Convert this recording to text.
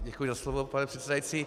Děkuji za slovo, pane předsedající.